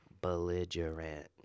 belligerent